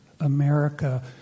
America